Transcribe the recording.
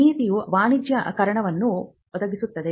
ನೀತಿಯು ವಾಣಿಜ್ಯೀಕರಣವನ್ನು ಒದಗಿಸುತ್ತದೆ